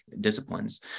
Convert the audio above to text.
disciplines